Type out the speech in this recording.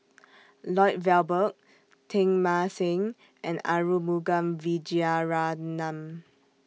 Lloyd Valberg Teng Mah Seng and Arumugam Vijiaratnam